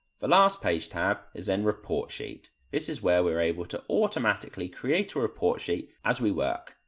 the last page tab is then report sheet. this is where we are able to automatically create a report sheet as we work.